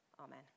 Amen